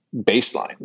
baseline